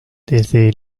desde